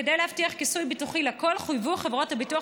כדי להבטיח כיסוי ביטוחי לכול חויבו חברות הביטוח